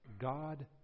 God